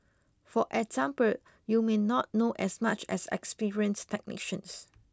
for example you may not know as much as experienced technicians